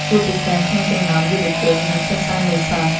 ជាពិសេសក្នុងចំណោមយុវជន និងសិស្សានុសិស្ស។